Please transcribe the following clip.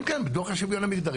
כן, כן, בדוח השוויון המגדרי.